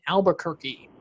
Albuquerque